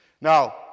Now